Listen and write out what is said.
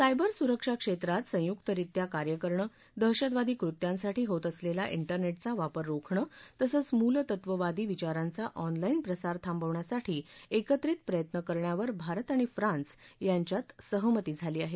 cyber सुरक्षा क्षेत्रात संयुक्तरीत्या कार्य करण दहशतवादी कृत्यांसाठी होत असलेला विनेटचा वापर राखणं तसंच मूल तत्त्ववादी विचारांचा ऑनलाईन प्रसार थांबवण्यासाठी एकत्रित प्रयत्न करण्यावर भारत आणि फ्रान्स यांच्यात सहमती झाली आहे